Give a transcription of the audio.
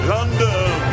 London